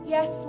Yes